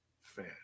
fan